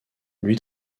lui